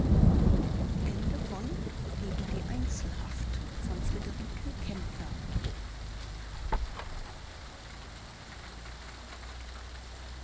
gegen die vivisektion